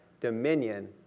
dominion